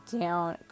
down